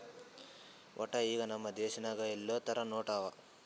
ವಟ್ಟ ಈಗ್ ನಮ್ ದೇಶನಾಗ್ ಯೊಳ್ ಥರ ನೋಟ್ ಅವಾ